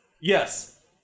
yes